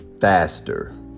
faster